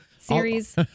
Series